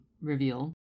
reveal